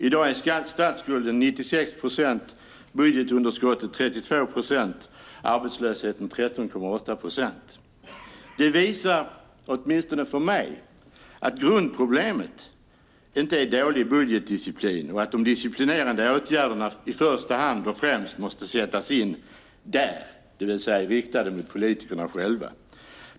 I dag är statsskulden 96 procent, budgetunderskottet 32 procent och arbetslösheten 13,8 procent. Detta visar, åtminstone för mig, att grundproblemet inte är dålig budgetdisciplin och att de disciplinerande åtgärderna i första hand och främst måste sättas in där, det vill säga riktade mot politikerna själva.